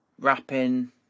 Rapping